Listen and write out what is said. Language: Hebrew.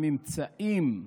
הממצאים שהיו,